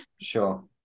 Sure